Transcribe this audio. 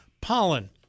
Pollen